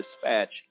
Dispatch